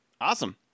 Awesome